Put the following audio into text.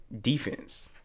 defense